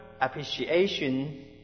appreciation